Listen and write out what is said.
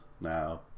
now